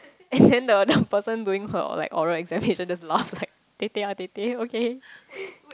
and then the the person doing her like oral exam patient just laugh like tetek ah tete okay